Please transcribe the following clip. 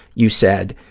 you said,